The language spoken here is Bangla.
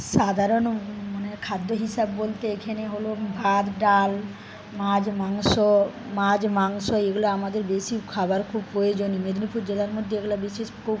সাধারণ মানের খাদ্য হিসাব বলতে এখানে হল ভাত ডাল মাছ মাংস মাছ মাংস এগুলো আমাদের বেসিক খাবার খুব প্রয়োজনীয় মেদিনীপুর জেলার মধ্যে এগুলি বিশেষ খুব